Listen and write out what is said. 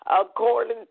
according